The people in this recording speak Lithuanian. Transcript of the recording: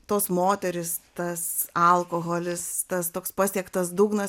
tos moterys tas alkoholis tas toks pasiektas dugnas